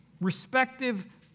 respective